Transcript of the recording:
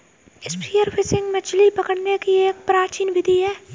spear fishing मछली पकड़ने की एक प्राचीन विधि है